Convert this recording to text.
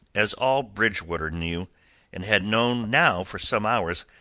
as all bridgewater knew and had known now for some hours,